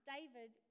David